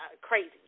crazy